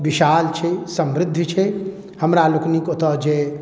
विशाल छै समृद्ध छै हमरा लोकनिके एतौ जे